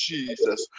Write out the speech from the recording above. Jesus